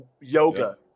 yoga